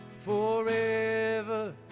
forever